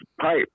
pipe